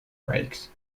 brakes